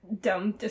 dumb